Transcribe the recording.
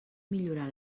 millorar